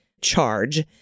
charge